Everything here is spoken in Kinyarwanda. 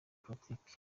politiki